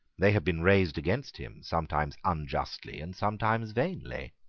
they had been raised against him, sometimes unjustly, and sometimes vainly.